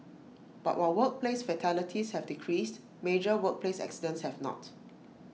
but while workplace fatalities have decreased major workplace accidents have not